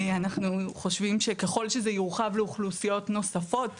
אנחנו חושבים שככל שזה יורחב לאוכלוסיות נוספות,